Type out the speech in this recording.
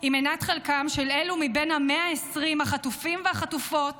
היא מנת חלקם של אלו מבין 120 החטופים והחטופות